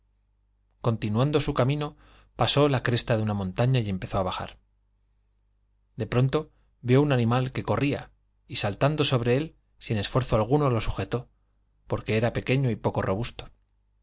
moncontinuando su camino pasó ia taña y empezó á bajar de pronto v ió un animal que corría y saltando sobre él sin esfuerzo alguno lo sujetó porque era pequeño y poco robusto